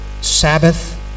Sabbath